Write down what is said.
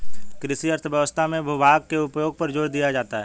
कृषि अर्थशास्त्र में भूभाग के उपयोग पर जोर दिया जाता है